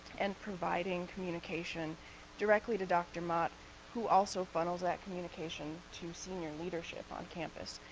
and providing communication directly to dr. mott who also funnels that communication to senior leadership on campus.